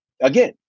Again